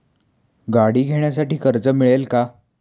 गाडी घेण्यासाठी कर्ज मिळेल का?